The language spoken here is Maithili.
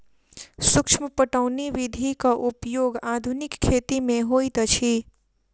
सूक्ष्म पटौनी विधिक उपयोग आधुनिक खेती मे होइत अछि